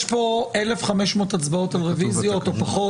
יש פה 1,500 הצבעות על רוויזיות, או פחות.